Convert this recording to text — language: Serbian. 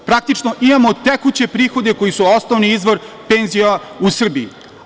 Praktično, imamo tekuće prihode koji su osnovni izvor penzija u Srbiji.